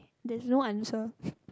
there's no answer